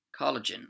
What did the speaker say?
collagen